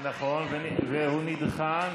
נכון, והוא נדחה.